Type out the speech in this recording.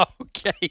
Okay